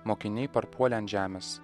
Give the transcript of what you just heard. mokiniai parpuolė ant žemės